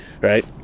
right